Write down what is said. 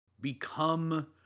become